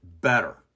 better